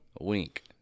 Wink